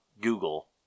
Google